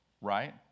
right